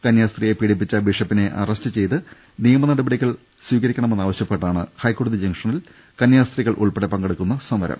കന്യാസ്ത്രീയെ പീഡിപ്പിച്ച ബിഷപ്പിനെ അറസ്റ് ചെയ്ത് നിയമനടപടികൾ സ്വീകരിക്കണമെന്നാവശ്യപ്പെട്ടാണ് ഹൈക്കോടതി ജംഗ്ഷനിൽ കന്യാസ്ത്രീകൾ ഉൾപ്പെടെ പങ്കെടുക്കുന്ന സമരം